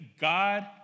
God